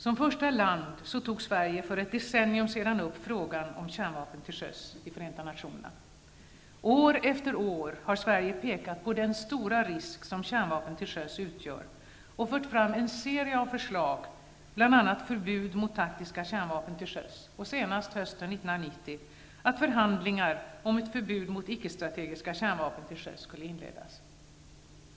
Som första land tog Sverige för ett decennium sedan upp frågan om kärnvapen till sjöss i Förenta nationerna. År efter år har Sverige pekat på den stora risk som kärnvapen till sjöss utgör och fört fram en serie av förslag, bl.a. förbud mot taktiska kärnvapen till sjöss, och senast hösten 1990 att förhandlingar om ett förbud mot icke-strategiska kärnvapen till sjöss skulle inledas.